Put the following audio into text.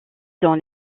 dans